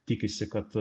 tikisi kad